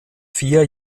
vier